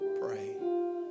pray